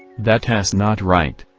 that s not right.